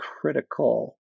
critical